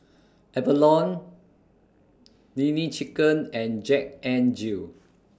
Avalon Nene Chicken and Jack N Jill